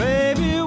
Baby